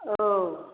औ